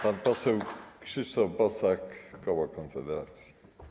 Pan poseł Krzysztof Bosak, koło Konfederacja.